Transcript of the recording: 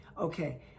okay